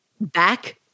back